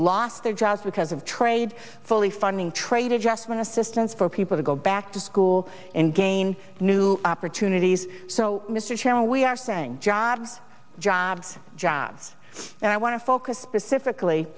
lost their jobs because of trade fully funding trade adjustment assistance for people to go back to school and gain new opportunities so mr chairman we are saying jobs jobs jobs and i want to focus specifically